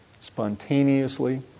spontaneously